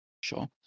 Sure